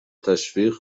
تشویق